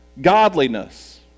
godliness